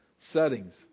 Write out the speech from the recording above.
settings